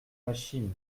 machine